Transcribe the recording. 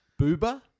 Booba